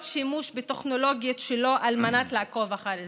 שימוש בטכנולוגיות שלו על מנת לעקוב אחר אזרחים.